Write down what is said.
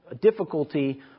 difficulty